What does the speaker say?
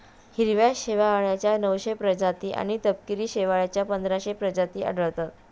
हिरव्या शेवाळाच्या नऊशे प्रजाती आणि तपकिरी शेवाळाच्या पंधराशे प्रजाती आढळतात